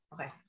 Okay